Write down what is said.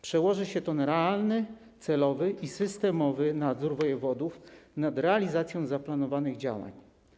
Przełoży się to na realny, celowy i systemowy nadzór wojewodów nad realizacją zaplanowanych działań.